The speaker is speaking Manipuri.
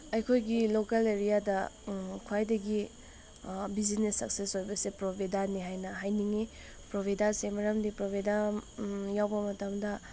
ꯑꯩꯈꯣꯏꯒꯤ ꯂꯣꯀꯦꯜ ꯑꯦꯔꯤꯌꯥꯗ ꯈ꯭ꯋꯥꯏꯗꯒꯤ ꯕꯤꯖꯤꯅꯦꯁ ꯁꯛꯁꯦꯁ ꯑꯣꯏꯕꯁꯤ ꯄ꯭ꯔꯣꯕꯤꯗꯥꯅꯤ ꯍꯥꯏꯅ ꯍꯥꯏꯅꯤꯡꯉꯤ ꯄ꯭ꯔꯣꯕꯤꯗꯥꯁꯤ ꯃꯔꯝꯗꯤ ꯌꯥꯎꯕ ꯃꯇꯝꯗ